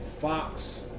Fox